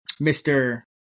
Mr